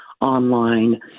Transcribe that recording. online